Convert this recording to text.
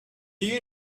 you